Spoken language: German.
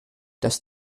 das